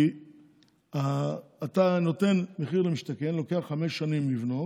כי אתה נותן מחיר למשתכן, ולוקח חמש שנים לבנות,